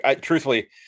truthfully